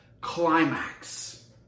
climax